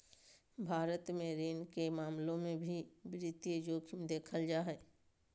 भारत मे ऋण के मामलों मे भी वित्तीय जोखिम देखल जा हय